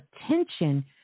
attention